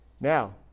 Now